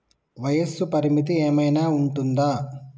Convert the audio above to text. వయస్సు పరిమితి ఏమైనా ఉంటుందా?